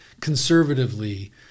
conservatively